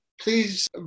please